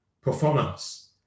performance